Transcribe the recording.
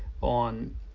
on